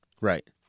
Right